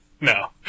No